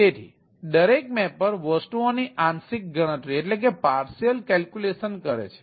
તેથી દરેક મેપર વસ્તુઓની આંશિક ગણતરી છે